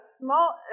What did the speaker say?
small